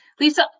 Lisa